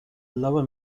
lower